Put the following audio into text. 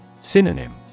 Synonym